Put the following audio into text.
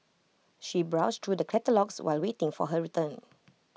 she browsed through the catalogues while waiting for her return